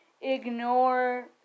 ignore